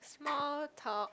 small talk